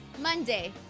Monday